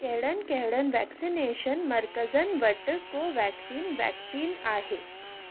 कहिड़नि कहिड़नि वैक्सनेशन मर्कज़नि वटि कोवेक्सीन वैक्सीन आहे